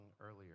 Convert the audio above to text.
earlier